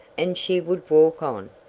and she would walk on.